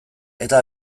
eta